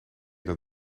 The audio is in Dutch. dat